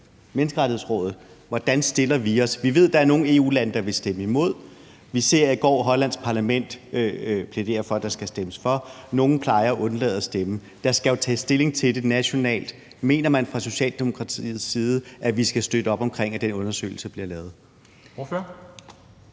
Menneskerettighedsrådet, og om, hvordan vi stiller os. Vi ved, at der er nogle EU-lande, der vil stemme imod, og vi så i går Hollands parlament plædere for, at der skal stemmes for, og nogle plejer at undlade at stemme. Der skal jo tages stilling til det nationalt. Mener man fra Socialdemokratiets side, at vi skal støtte op om, at den undersøgelse bliver lavet?